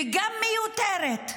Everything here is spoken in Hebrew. וגם מיותרת?